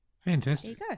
fantastic